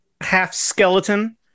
half-skeleton